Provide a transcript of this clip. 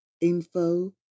info